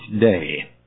day